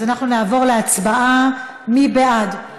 כן, לוועדת חוץ וביטחון.